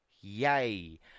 Yay